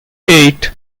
eight